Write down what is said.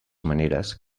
maneres